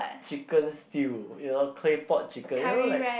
chicken stew you know claypot chicken you know like